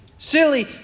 Silly